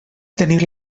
tenir